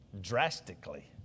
drastically